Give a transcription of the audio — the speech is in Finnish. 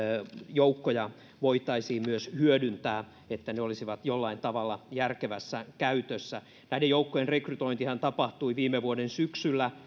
joukkoja voitaisiin myös hyödyntää että ne olisivat jollain tavalla järkevässä käytössä näiden joukkojen rekrytointihan tapahtui viime vuoden syksyllä